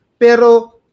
Pero